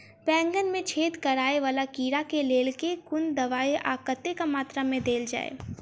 बैंगन मे छेद कराए वला कीड़ा केँ लेल केँ कुन दवाई आ कतेक मात्रा मे देल जाए?